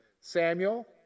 samuel